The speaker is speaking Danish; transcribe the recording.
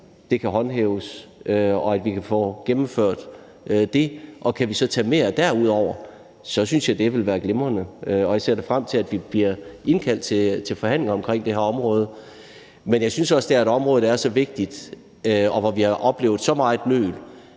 her kan håndhæves, og at vi kan få gennemført det. Kan vi så gøre mere derudover, synes jeg, det vil være glimrende. Og jeg ser da frem til, at vi bliver indkaldt til forhandlinger omkring det her område. Men jeg synes også, det er et område, der er så vigtigt, og hvor vi har oplevet så meget nøl,